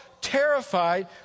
terrified